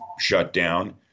shutdown